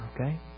okay